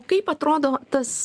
kaip atrodo tas